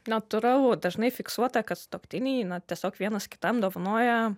natūralu dažnai fiksuota kad sutuoktiniai na tiesiog vienas kitam dovanoja